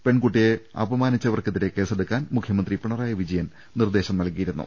പെൺകുട്ടിയെ അപമാനിച്ചവർക്കെതിരെ കേസെടുക്കാൻ മുഖ്യമന്ത്രി പിണറായി വിജയൻ നിർദ്ദേശം നൽകിയിരുന്നു